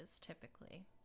typically